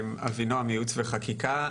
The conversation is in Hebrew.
אבינועם, ייעוץ וחקיקה.